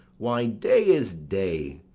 why day is day,